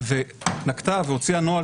ונקטה והוציאה נוהל,